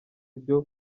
ibyo